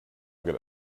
good